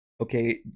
Okay